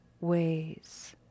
ways